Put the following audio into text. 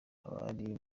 abari